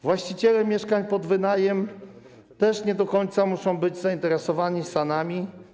Właściciele mieszkań pod wynajem też nie do końca muszą być zainteresowani SAN-ami.